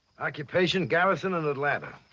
occupation garrison in atlanta.